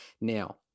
Now